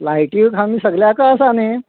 लायटी खांबे सगल्याक आसा न्ही